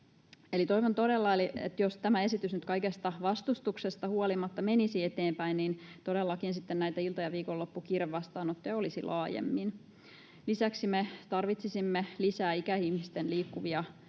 toivon, että jos tämä esitys nyt kaikesta vastustuksesta huolimatta menisi eteenpäin, niin todellakin sitten näitä iltojen ja viikonloppujen kiirevastaanottoja olisi laajemmin. Lisäksi me tarvitsisimme lisää ikäihmisten liikkuvia